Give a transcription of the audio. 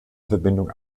verbindung